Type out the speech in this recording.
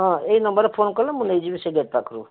ହଁ ଏଇ ନମ୍ବର୍ରେ ଫୋନ୍ କଲେ ମୁଁ ନେଇ ଯିବି ସେଇ ଗେଟ୍ ପାଖରୁ